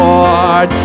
Lord